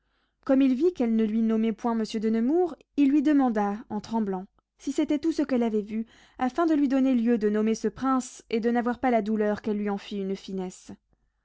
comme il vit qu'elle ne lui nommait point monsieur de nemours il lui demanda en tremblant si c'était tout ce qu'elle avait vu afin de lui donner lieu de nommer ce prince et de n'avoir pas la douleur qu'elle lui en fît une finesse